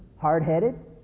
Hard-headed